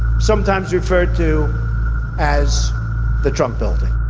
sometimes referred to as the trump building.